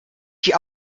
die